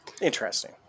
interesting